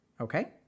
Okay